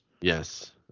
Yes